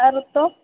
आओर तौँ